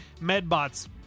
Medbot's